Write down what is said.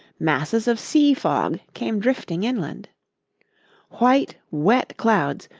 masses of sea-fog came drifting inland white, wet clouds,